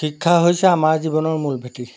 শিক্ষা হৈছে আমাৰ জীৱনৰ মূল ভেটি